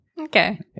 okay